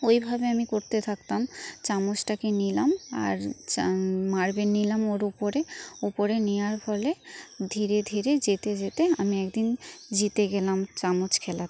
ওইভাবে আমি করতে থাকতাম চামচটাকে নিলাম আর চা মার্বেল নিলাম ওর ওপরে ওপরে নেওয়ার ফলে ধীরে ধীরে যেতে যেতে আমি একদিন জিতে গেলাম চামচ খেলা